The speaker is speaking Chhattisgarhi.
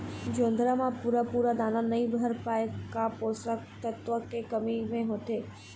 जोंधरा म पूरा पूरा दाना नई भर पाए का का पोषक तत्व के कमी मे होथे?